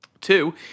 Two